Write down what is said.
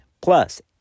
plus